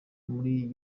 muri